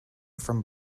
from